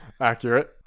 Accurate